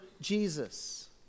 Jesus